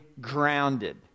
grounded